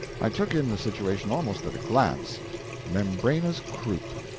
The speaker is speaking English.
i took in the situation almost at a glance membranous croup!